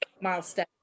milestone